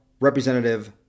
representative